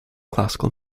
classical